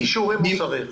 אילו כישורים הוא צריך?